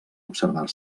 observar